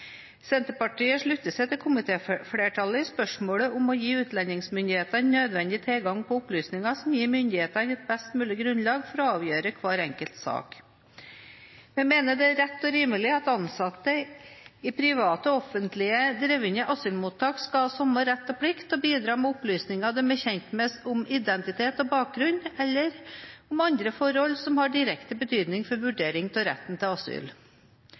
Senterpartiet slutter seg til komitéflertallet i spørsmålet om å gi utlendingsmyndighetene nødvendig tilgang på opplysninger som gir myndighetene et best mulig grunnlag for å avgjøre hver enkelt sak. Vi mener at det er rett og rimelig at ansatte i private og offentlig drevne asylmottak skal ha samme rett og plikt til å bidra med opplysninger de er kjent med om identitet og bakgrunn, eller om andre forhold som har direkte betydning for vurderingen av retten til asyl.